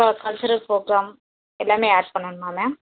for culturals programme எல்லாமே add பண்ணணுமா ma'am